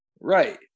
Right